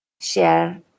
share